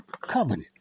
covenant